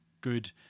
good